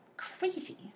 crazy